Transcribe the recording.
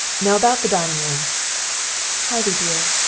now about the dining room harvey dear,